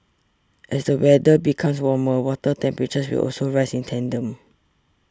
as the weather becomes warmer water temperatures will also rise in tandem